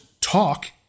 talk